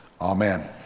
Amen